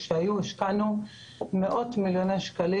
השקענו מאות מיליוני שקלים.